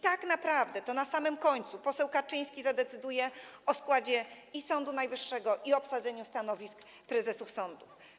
Tak naprawdę na samym końcu to poseł Kaczyński zadecyduje i o składzie Sądu Najwyższego, i o obsadzeniu stanowisk prezesów sądów.